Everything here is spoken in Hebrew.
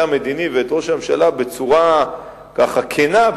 המדיני ואת ראש הממשלה בצורה ככה כנה,